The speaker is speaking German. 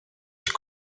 die